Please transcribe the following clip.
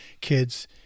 kids